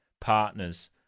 partners